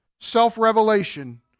self-revelation